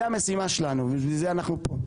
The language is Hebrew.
זה המשימה שלנו ובשביל זה אנחנו פה.